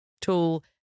tool